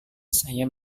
saya